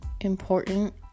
important